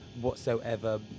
whatsoever